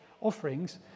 offerings